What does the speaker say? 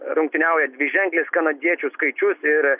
rungtyniauja dviženklis kanadiečių skaičius ir